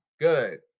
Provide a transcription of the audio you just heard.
good